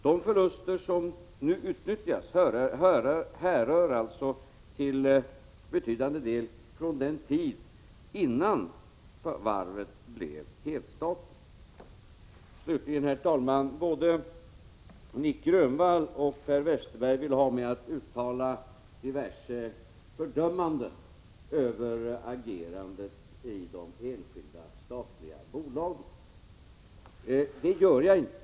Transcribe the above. De förluster som nu utnyttjas härrör alltså till betydande del från tiden innan varvet blev helstatligt. Både Nic Grönvall och Per Westerberg vill ha mig att uttala diverse fördömanden över agerandet i de enskilda statliga bolagen. Det gör jag inte.